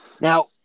Now